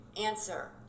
Answer